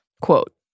Quote